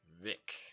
Vic